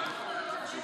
החברים